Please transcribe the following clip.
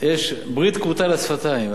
יש ברית כרותה לשפתיים.